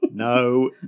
No